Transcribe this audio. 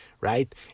right